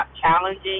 challenging